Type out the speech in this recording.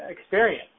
experience